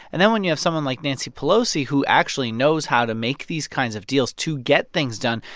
and then when you have someone like nancy pelosi, who actually knows how to make these kinds of deals to get things done,